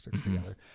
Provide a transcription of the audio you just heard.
together